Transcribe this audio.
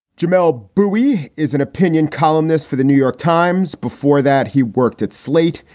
jamelle bouie is an opinion columnist for the new york times. before that, he worked at slate.